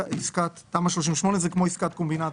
תמ"א 38 זה כמו עסקת קומבינציה,